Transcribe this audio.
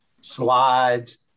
slides